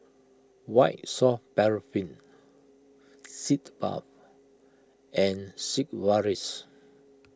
White Soft Paraffin Sitz Bath and Sigvaris